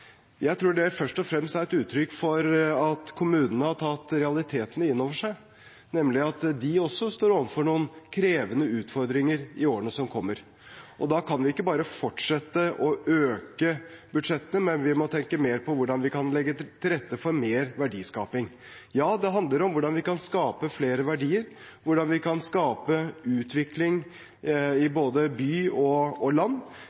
Jeg tror det først og fremst er et uttrykk for at kommunene har tatt realitetene inn over seg, nemlig at de også står overfor noen krevende utfordringer i årene som kommer. Da kan vi ikke bare fortsette å øke budsjettene, vi må tenke mer på hvordan vi kan legge til rette for mer verdiskaping – ja, det handler om hvordan vi kan skape flere verdier, hvordan vi kan skape utvikling i både by og land.